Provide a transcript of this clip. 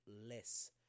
less